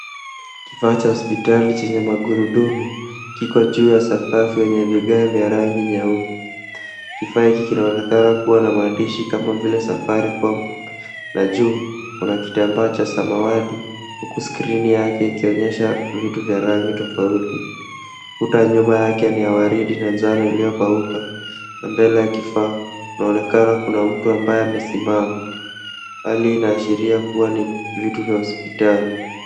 KIfaa cha hospitali chenye magurudumu kiko juu ya sakafu yenye vigae vya rangi nyeupe. Kifaa hiki kinaonekana kuwa na maandishi kama vile Safaricom na juu kuna kitambaa cha samawati huku skrini yake ikionyesha vitu vya rangi tofauti. Kuta nyuma yake ni ya waridi na njano iliyokauka na mbele ya kifaa unaonekana kuna mtu ambaye amesima. Hali inaashiria kuwa ni vitu vya hospitali.